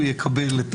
הוא יוכל לעשות